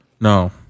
No